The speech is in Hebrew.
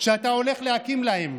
שאתה הולך להקים להם.